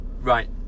right